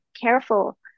careful